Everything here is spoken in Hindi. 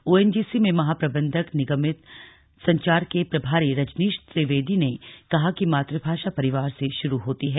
ओएनजीसी में महा प्रबंधक निगमित संचार के प्रभारी रजनीश त्रिवेंदी ने कहा कि मातृभाषा परिवार से शुरू होती है